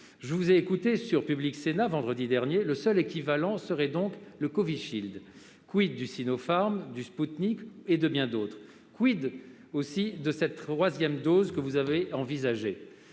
Je vous ai écouté sur Public Sénat vendredi dernier. Le seul équivalent serait le Covishield. du Sinopharm, du Spoutnik et de bien d'autres ? de cette troisième dose que vous envisageriez